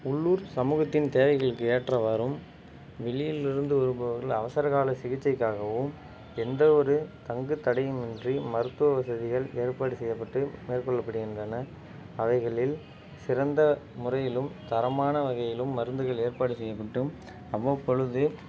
உள்ளூர் சமூகத்தின் தேவைகளுக்கு ஏற்றவாரும் வெளியிலிருந்து வருபவர்கள் அவசரகால சிகிச்சைக்காகவும் எந்த ஒரு தங்குத்தடையுமின்றி மருத்துவ வசதிகள் ஏற்பாடு செய்யப்பட்டு மேற்கொள்ளப்படுகின்றன அவைகளில் சிறந்த முறையிலும் தரமான வகையிலும் மருந்துகள் ஏற்பாடு செய்யப்பட்டும் அவ்வப்பொழுது